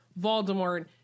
Voldemort